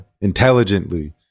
intelligently